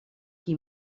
qui